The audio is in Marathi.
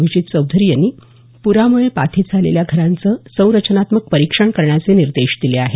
अभिजीत चौधरी यांनी पुरामुळे बाधित झालेल्या घरांचं संरचनात्मक परीक्षण करण्याचे निर्देश दिले आहेत